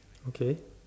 okay